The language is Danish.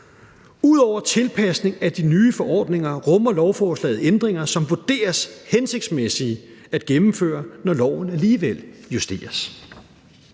Ud over tilpasning af de nye forordninger rummer lovforslaget ændringer, som vurderes hensigtsmæssige at gennemføre, når loven alligevel justeres.